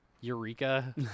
Eureka